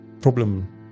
problem